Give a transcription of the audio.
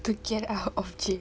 to get out of jail